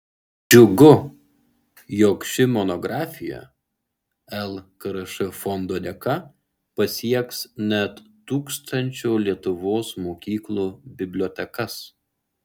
džiugu jog ši monografija lkrš fondo dėka pasieks net tūkstančio lietuvos mokyklų bibliotekas